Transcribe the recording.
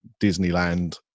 Disneyland